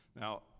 Now